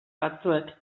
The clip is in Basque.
batzuek